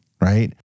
Right